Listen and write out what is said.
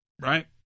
right